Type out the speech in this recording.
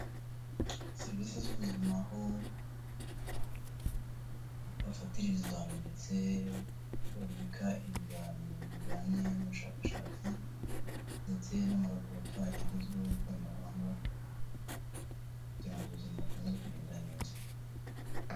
Serivisi z'ubuzima, aho bafatira ibizamini ndetse babika ibizamini bijyanye n'ubushakashatsi ndetse n'amaraboratwari agezweho y'ikoranabuhanga kugira ngo ubuzima bukomeze kugenda neza.